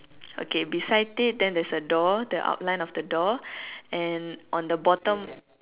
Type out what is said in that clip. okay beside it then there's a door the outline of the door and on the bottom